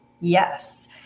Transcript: Yes